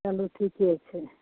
चलू ठीके छै